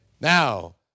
Now